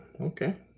okay